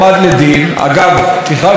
לא בגלל שהלכו לחלק אוכל לחיילים,